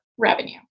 Revenue